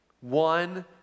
One